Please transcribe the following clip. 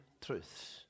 truths